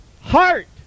heart